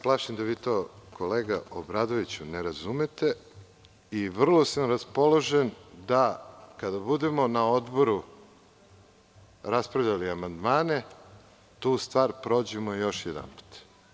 Plašim se da vi to, kolega Obradoviću, ne razumete i vrlo sam raspoložen da, kada budemo na Odboru raspravljali amandmane, tu stvar prođemo joj jedanput.